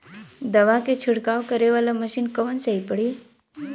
दवा के छिड़काव करे वाला मशीन कवन सही पड़ी?